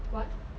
what